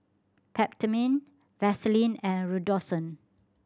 Peptamen Vaselin and Redoxon